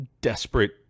desperate